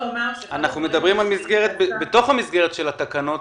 אנחנו מדברים על מכשירים בתוך המסגרת של התקנות,